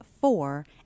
Four